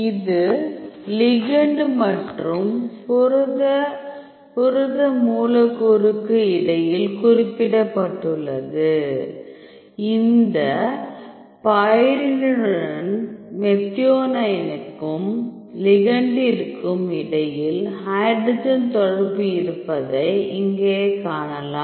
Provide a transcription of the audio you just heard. இது லிகெண்ட் மற்றும் புரத புரத மூலக்கூறுக்கு இடையில் குறிப்பிடப்பட்டுள்ளது இந்த பைரிடினுடன் மெத்தியோனைனுக்கும் லிகெண்டிற்கும் இடையில் ஹைட்ரஜன் தொடர்பு இருப்பதை இங்கே காணலாம்